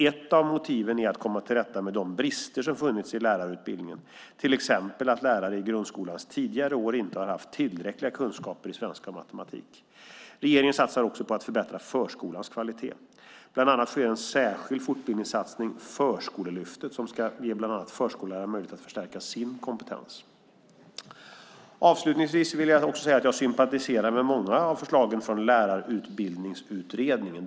Ett av motiven är att komma till rätta med de brister som funnits i lärarutbildningen, till exempel att lärare i grundskolans tidigare år inte har haft tillräckliga kunskaper i svenska och matematik. Regeringen satsar också på att förbättra förskolans kvalitet. Bland annat sker en särskild fortbildningssatsning, Förskolelyftet, som ska ge bland annat förskollärare möjlighet att förstärka sin kompetens. Avslutningsvis vill jag också säga att jag sympatiserar med många av förslagen från Lärarutbildningsutredningen .